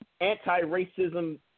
anti-racism